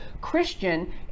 Christian